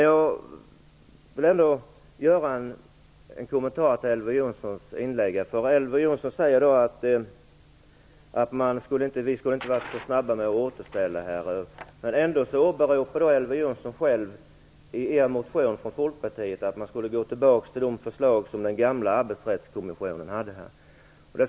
Jag vill göra en kommentar till Elver Jonssons inlägg. Han säger att vi inte skulle vara så snabba att återställa. Ändå åberopar Elver Jonsson själv i en motion att vi skulle gå tillbaka till det som den gamla arbetsrättsutredningen föreslog.